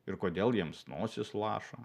ir kodėl jiems nosis laša